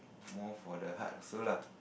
more for the heart feel lah